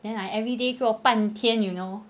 then I everyday 做半天 you know